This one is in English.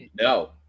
no